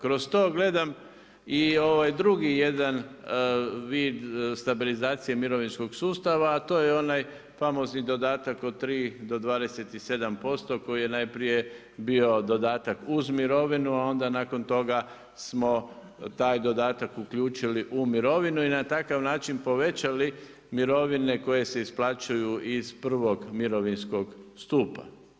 Kroz to gledam i jedan drugi vid stabilizacije mirovinskog sustava, a to je onaj famozni dodatak od 3 do 27% koji je najprije bio dodatak uz mirovinu, a onda nakon toga smo taj dodatak uključili u mirovinu i na takav način povećali mirovine koje se isplaćuju iz prvog mirovinskog stupa.